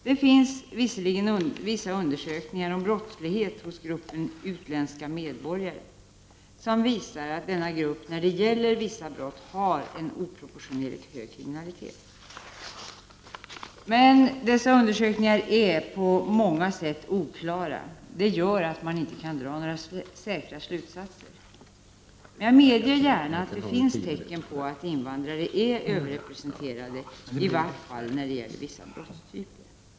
Det finns visserligen vissa undersökningar om brottslighet hos gruppen ”utländska medborgare” som visar att denna grupp när det gäller vissa brott har en oproportionerligt hög kriminalitet. Men dessa undersökningar är på många sätt oklara. Det gör att man inte kan dra några säkra slutsatser. Men jag medger gärna att det finns tecken på att invandrare är överrepresenterade i vart fall när det gäller vissa brottstyper.